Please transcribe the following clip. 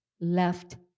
left